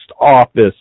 office